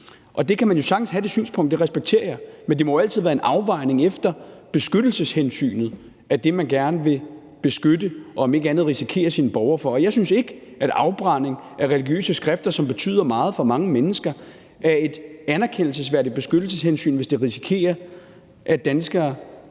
kan man jo sagtens have, det respekterer jeg, men det må altid være en afvejning efter beskyttelseshensynet af det, man gerne vil beskytte og om ikke andet risikere sine borgere for. Jeg synes ikke, at afbrænding af religiøse skrifter, som betyder meget for mange mennesker, er et anerkendelsesværdigt beskyttelseshensyn, hvis man risikerer, at danskere